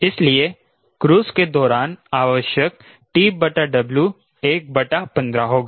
इसलिए क्रूज के दौरान आवश्यक TW 1 बटा 15 होगा